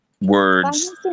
Words